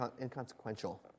inconsequential